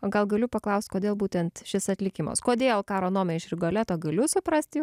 gal galiu paklaust kodėl būtent šis atlikimas kodėl karo nomė iš rigoleto galiu suprasti